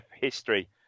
History